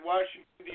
Washington